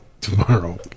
tomorrow